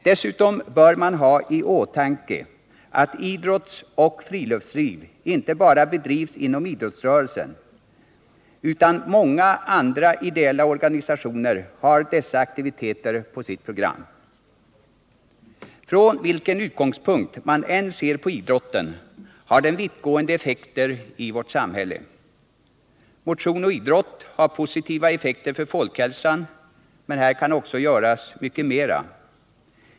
Dessutom bör man ha i åtanke att idrottsoch friluftsliv inte bara bedrivs inom idrottsrörelsen, utan många andra ideella organisationer har dessa aktiviteter på sitt program. Från vilken utgångspunkt man än ser på idrotten har den vittgående effekter i samhället. Motion och idrott har positiva effekter för folkhälsan — men här kan också göras mycket mera.